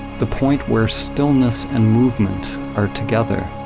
the point where stillness and movement are together.